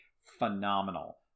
phenomenal